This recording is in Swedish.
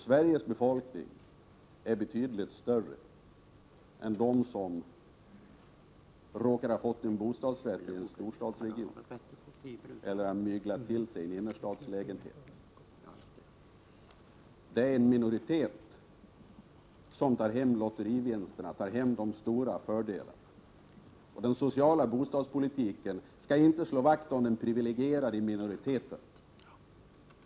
Sveriges befolkning omfattar betydligt fler än dem som råkar ha fått en bostadsrätt i en storstadsregion eller myglat till sig en innerstadslägenhet. Det är en minoritet som tar emot lotterivinsterna, som tar emot de stora fördelarna. Den sociala bostadspolitiken skall inte slå vakt om den privilegierade minoriteten.